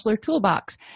Toolbox